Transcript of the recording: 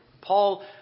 Paul